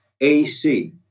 AC